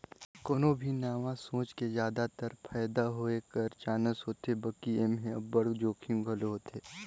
कोनो भी नावा सोंच में जादातर फयदा होए कर चानस होथे बकि एम्हें अब्बड़ जोखिम घलो होथे